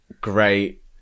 great